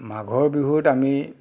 মাঘৰ বিহুত আমি